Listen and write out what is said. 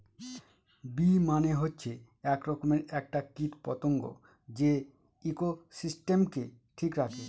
bee মানে হচ্ছে এক রকমের একটা কীট পতঙ্গ যে ইকোসিস্টেমকে ঠিক রাখে